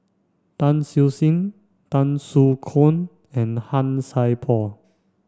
Tan Siew Sin Tan Soo Khoon and Han Sai Por